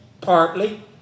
partly